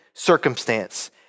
circumstance